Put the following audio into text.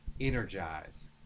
energize